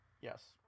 Yes